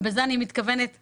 בזה אני מתכוונת לכולנו.